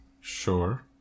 Sure